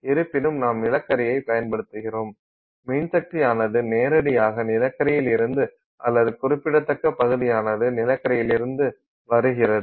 இருப்பினும் நாம் நிலக்கரியைப் பயன்படுத்துகிறோம் மின்சக்தியானது நேரடியாக நிலக்கரியிலிருந்து அல்லது குறிப்பிடத்தக்க பகுதியானது நிலக்கரியிலிருந்து வருகிறது